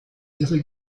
irre